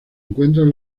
encuentran